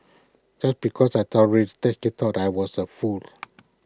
just because I tolerated he thought I was A fool